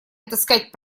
отыскать